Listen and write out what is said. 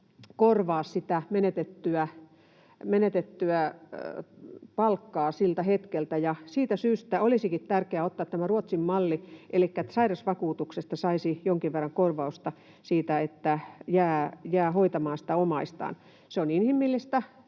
korvaa sitä menetettyä palkkaa siltä hetkeltä, ja siitä syystä olisikin tärkeää ottaa käyttöön tämä Ruotsin malli, elikkä että sairausvakuutuksesta saisi jonkun verran korvausta siitä, että jää hoitamaan sitä omaistaan. Se hoitaminen